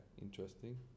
interesting